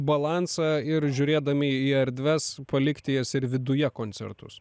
balansą ir žiūrėdami į erdves palikti jas ir viduje koncertus